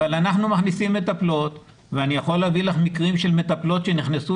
אבל אנחנו מכניסים מטפלות ואני יכול להראות לך מקרים של מטפלות שנכנסו